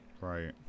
Right